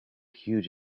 huge